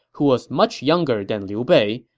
who was much younger than liu bei,